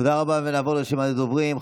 תודה רבה, ונעבור לרשימת הדוברים.